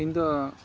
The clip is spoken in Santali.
ᱤᱧᱫᱚ